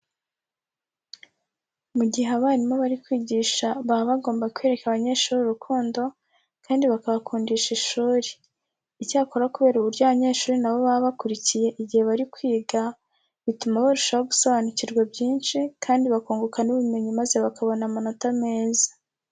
Mu gihe abarimu bari kwigisha baba bagomba kwereka abanyeshuri urukundo kandi bakanabakundisha ishuri. Icyakora kubera uburyo abanyeshuri na bo baba bakurikiye igihe bari kwiga, bituma barushaho gusobanukirwa byinshi kandi bakunguka n'ubumenyi maze bakabona amanota meza.